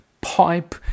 pipe